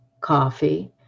coffee